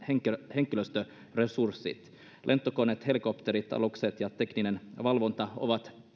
henkilöstöresurssit lentokoneet helikopterit alukset ja tekninen valvonta ovat